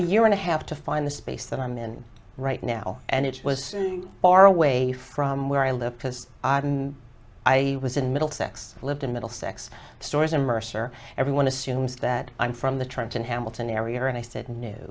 year and a half to find the space that i'm in right now and it was far away from where i live because i was in middlesex lived in middlesex stories and mercer everyone assumes that i'm from the trenton hamilton area and i said n